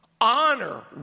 Honor